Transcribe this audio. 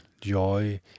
joy